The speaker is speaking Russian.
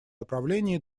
направлении